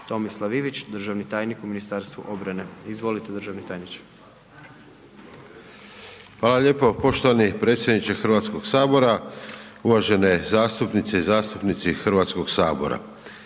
Tomislav Ivić, državni tajnik u Ministarstvu obrane. Izvolite državni tajniče. **Ivić, Tomislav (HDZ)** Hvala lijepo poštovani predsjedniče Hrvatskoga sabora, uvažene zastupnice i zastupnici Hrvatskoga sabora.